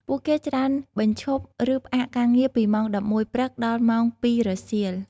ពួកគេច្រើនបញ្ឈប់ ឬផ្អាកការងារពីម៉ោង១១ព្រឹក ដល់ ម៉ោង២ រសៀល។